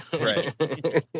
Right